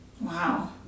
Wow